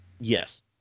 Yes